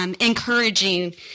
Encouraging